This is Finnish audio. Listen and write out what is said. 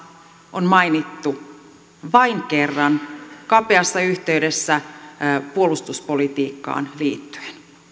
on mainittu vain kerran kapeassa yhteydessä puolustuspolitiikkaan liittyen